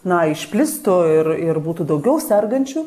na išplistų ir ir būtų daugiau sergančių